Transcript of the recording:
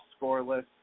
scoreless